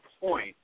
point